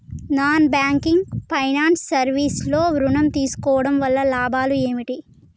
Non banking finance service లో ఋణం తీసుకోవడం వల్ల లాభాలు ఏమిటి?